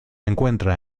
encuentra